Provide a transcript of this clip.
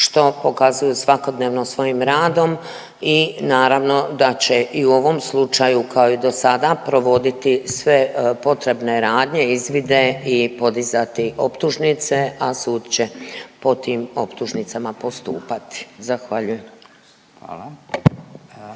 što pokazuju svakodnevno svojim radom i naravno da će i u ovom slučaju kao i do sada provoditi sve potrebne radnje, izvide i podizati optužnice, a sud će po tim optužnicama postupati. Zahvaljujem.